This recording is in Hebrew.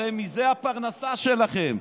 הרי מזה הפרנסה שלכם.